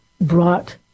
brought